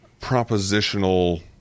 propositional